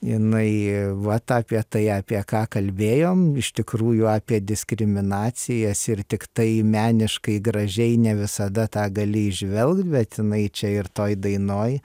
jinai vat apie tai apie ką kalbėjom iš tikrųjų apie diskriminacijas ir tiktai meniškai gražiai ne visada tą gali įžvelgt bet jinai čia ir toj dainoj